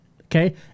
Okay